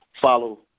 follow